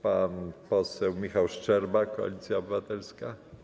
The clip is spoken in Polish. Pan poseł Michał Szczerba, Koalicja Obywatelska.